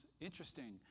interesting